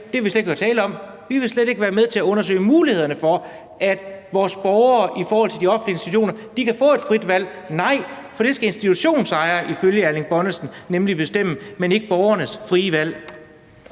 Det vil vi slet ikke høre tale om; vi vil slet ikke være med til at undersøge mulighederne for, at vores borgere i forhold til de offentlige institutioner kan få et frit valg. Nej, for det skal institutionsejere ifølge Erling Bonnesen nemlig bestemme, men ikke borgerne via